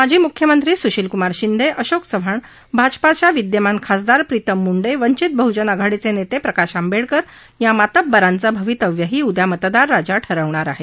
माजी मुख्यमंत्री सुशीलकुमार शिंदे अशोक चव्हाण भाजपाच्या विद्यमान खासदार प्रितम मुंडे वंचित बहजन आघाडीचे नेते प्रकाश आंबेडकर या मातब्बरांचं भवितव्यही उद्या मतदार राजा ठरवणार आहे